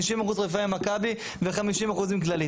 50% חפיפה עם מכבי ו-50% עם כללית,